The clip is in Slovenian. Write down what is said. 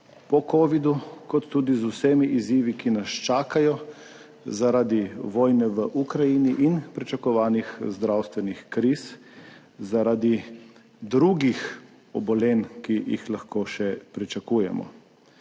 po covidu kot tudi z vsemi izzivi, ki nas čakajo zaradi vojne v Ukrajini in pričakovanih zdravstvenih kriz zaradi drugih obolenj, ki jih lahko še pričakujemo.